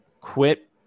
quit